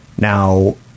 Now